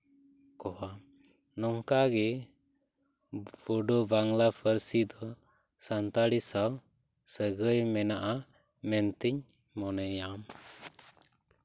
ᱠᱚᱣᱟ ᱱᱚᱝᱠᱟᱜᱮ ᱵᱳᱰᱳ ᱵᱟᱝᱞᱟ ᱯᱟᱹᱨᱥᱤ ᱫᱚ ᱥᱟᱱᱛᱟᱲᱤ ᱥᱟᱶ ᱥᱟᱹᱜᱟᱹᱭ ᱢᱮᱱᱟᱜᱼᱟ ᱢᱮᱱᱛᱤᱧ ᱢᱚᱱᱮᱭᱟ